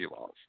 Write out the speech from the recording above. laws